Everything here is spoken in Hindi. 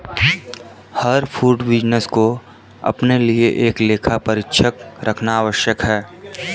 हर फूड बिजनेस को अपने लिए एक लेखा परीक्षक रखना आवश्यक है